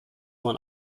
man